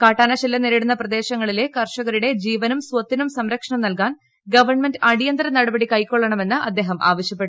കാട്ടാനശല്പ്യം നേരിടുന്ന പ്രദേശങ്ങളിലെ കർഷകരുടെ ജീവനും സ്വത്തിനും സംരക്ഷണം നൽകാൻ ഗവൺമെന്റ് അടിയന്തിര നടപടി കൈക്കൊള്ളണമെന്ന് അദ്ദേഹം ആവശ്യപ്പെട്ടു